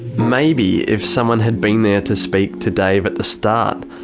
maybe if someone had been there to speak to dave at the start,